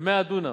ב-100 דונם.